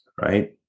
right